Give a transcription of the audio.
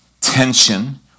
tension